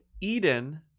Eden